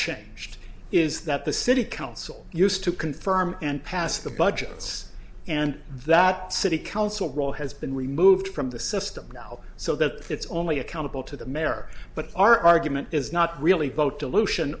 changed is that the city council used to confirm and pass the budgets and that city council role has been removed from the system so that it's only accountable to the mayor but our argument is not really vote dilution